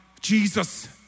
Jesus